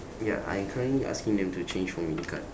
ya I am currently asking them to change for me the cards